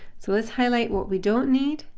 so let's highlight what we don't need,